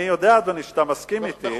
אני יודע, אדוני, שאתה מסכים אתי.